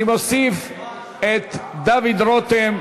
אני מוסיף את דוד רותם להצבעה,